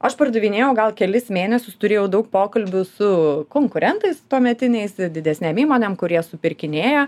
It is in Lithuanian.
aš pardavinėjau gal kelis mėnesius turėjau daug pokalbių su konkurentais tuometiniais didesnėm įmonėm kurie supirkinėja